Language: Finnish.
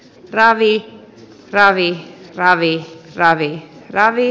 ravi ravi kc ravi kc ravi ravi